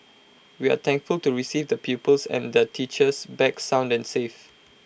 we are thankful to receive the pupils and the teachers back sound and safe